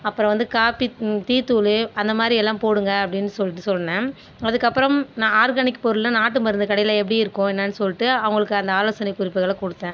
அப்புறம் வந்து காபி டீதூள் அந்த மாரியெல்லாம் போடுங்கள் அப்படின்னு சொல்லிட்டு சொன்னேன் அதுக்கு அப்புறம் நான் ஆர்கானிக் பொருள் நாட்டு மருந்து கடையில் எப்படி இருக்கும் என்னன்னு சொல்லிட்டு அவங்களுக்கு அந்த ஆலோசனை குறிப்புகளை கொடுத்தேன்